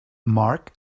mark